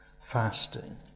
fasting